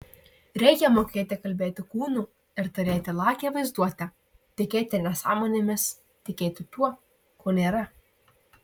reikia mokėti kalbėti kūnu ir turėti lakią vaizduotę tikėti nesąmonėmis tikėti tuo ko nėra